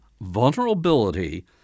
vulnerability